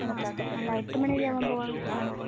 ആ അല്ല എട്ട് മണിയൊക്കെ ആവുമ്പോൾ പോവാമെന്ന് വെച്ചിട്ടാണ്